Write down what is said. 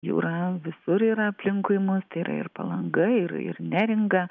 jūra visur yra aplinkui mus tai yra ir palanga ir ir neringa